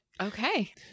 Okay